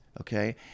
Okay